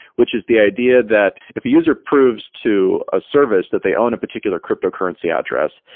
which is the idea that if a user proves to a service that they own a particular cryptocurrency address,